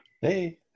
Hey